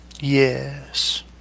Yes